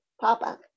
Papa